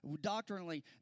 doctrinally